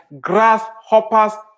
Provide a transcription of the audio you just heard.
grasshoppers